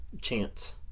chance